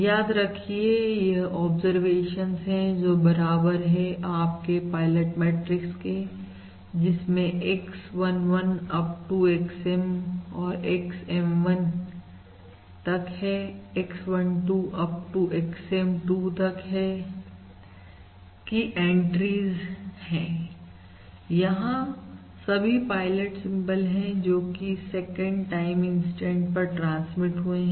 याद रखिए यह ऑब्जर्वेशंस है जो बराबर है आपके पायलट मैट्रिक्स के जिसमें X11 up to XM or XM1 X12 up to XM2 entries 9pilot symbol हैं यहां सभी पायलट सिंबल है जोकि 2nd टाइम इंसटेंट पर ट्रांसमिट हुए हैं